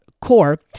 core